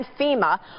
FEMA